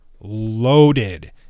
loaded